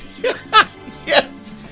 Yes